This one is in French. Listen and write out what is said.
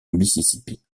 mississippi